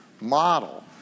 model